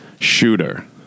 shooter